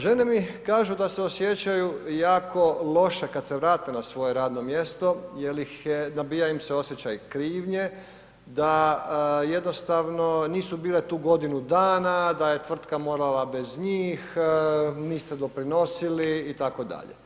Žene mi kažu da se osjećaju jako loše kad se vrate na svoje radno mjesto jer nabija im se osjećaj krivnje, da jednostavno nisu bile tu godinu dana, da je tvrtka morala bez njih, niste doprinosili itd.